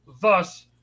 Thus